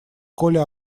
коля